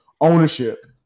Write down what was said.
ownership